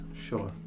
sure